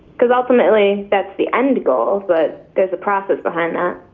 cause ultimately that's the end goal but there's a process behind that.